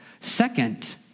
Second